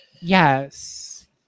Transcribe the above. Yes